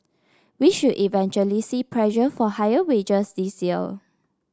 we should eventually see pressure for higher wages this year